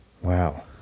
Wow